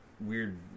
weird